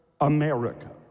America